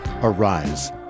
Arise